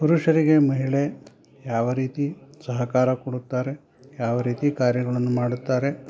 ಪುರುಷರಿಗೆ ಮಹಿಳೆ ಯಾವ ರೀತಿ ಸಹಕಾರ ಕೊಡುತ್ತಾರೆ ಯಾವ ರೀತಿ ಕಾರ್ಯಗಳನ್ನು ಮಾಡುತ್ತಾರೆ